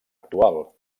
actual